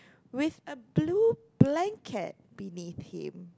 with a blue blanket beneath him